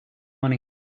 money